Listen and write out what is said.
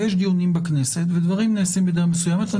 יש דיונים בכנסת ודברים נעשים בדרך מסוימת.